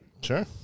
Sure